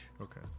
Okay